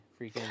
Freaking